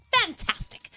fantastic